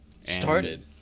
started